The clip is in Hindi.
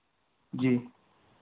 जी